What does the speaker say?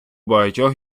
багатьох